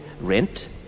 rent